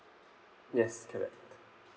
yes correct